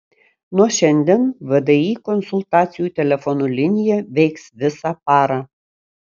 nuo šiandien vdi konsultacijų telefonu linija veiks visą parą